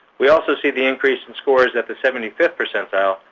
we also see the increase in scores at the seventy fifth percentile,